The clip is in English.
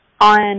On